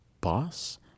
boss